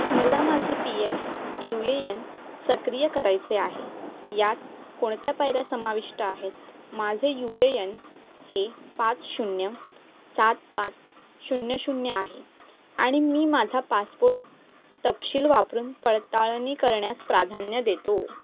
मला माझे P F U A N सक्रिय करायचे आहे यात कोणत्या पायऱ्या समाविष्ट आहेत माझे यू ए यन हे पाच शून्य सात पाच शून्य शून्य आहे आणि मी माझा पासपोर्ट तपशील वापरून पडताळणी करण्यास प्राधान्य देतो